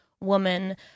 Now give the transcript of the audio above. woman